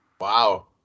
Wow